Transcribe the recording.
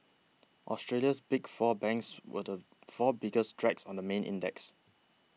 Australia's Big Four banks were the four biggest drags on the main index